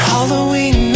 Halloween